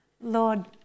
Lord